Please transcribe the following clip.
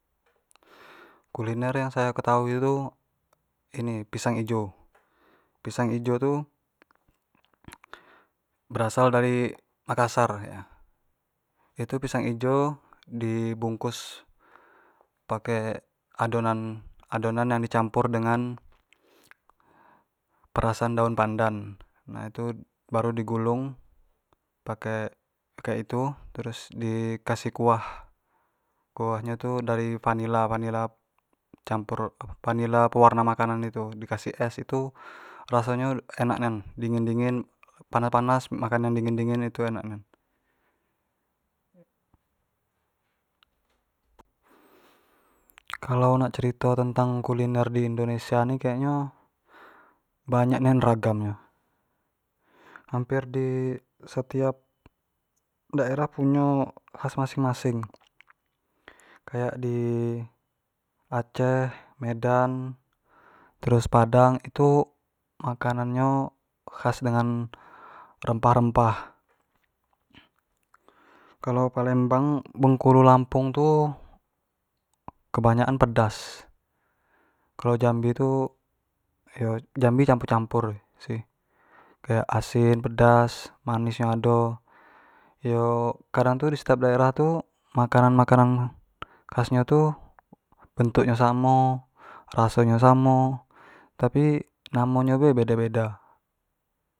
kuliner yang sayo ketahui itu tu ini pisang ijo, pisang ijo tu berasal dari makasar, itu pisang ijo di bungkus pake adonan adonan yang di campur dengan perasan daun pandan nah tu baru di gulung pake pake itu terus di kasih kuah kuah nyo tu dari vanila vanila campur vanila pewarna makanan itu dikasih es itu raso nyo enak nian dingin dingin panas panas makan yang dingin dingin itu enak nian. Kalau nak cerito tentang kuliner indonesia ni kayak nyo banyak nian ragam nyo, hamper di setiap daerah punyo khas masing masing kayak di aceh, medan terus padang itu makanan nyo khas dengan rempah rempah kalua palembang, bengkulu, lampung tu kebanyak an pedas, kalua jambi tu yo jambi tu campur campur sih, kayak asin, pedas manis nyo pun ado yo kadang tu di setiap daerah tu makanan makanan khas nyo tu bentuk nyo samo raso nyo samo tapi namo nyo be beda beda.